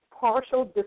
partial